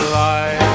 life